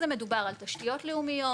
מדובר על תשתיות לאומיות,